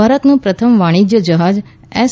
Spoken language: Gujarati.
ભારતનું પ્રથમ વાણીજ્ય જહાજ એસ